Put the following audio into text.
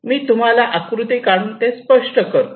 मी तुम्हाला आकृती काढून ते स्पष्ट करतो